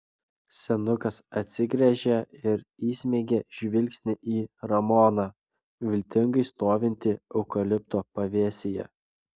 senukas atsigręžė ir įsmeigė žvilgsnį į ramoną viltingai stovintį eukalipto pavėsyje